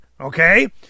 okay